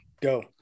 go